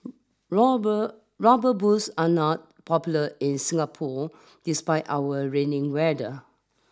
robber rubber boots are not popular in Singapore despite our raining weather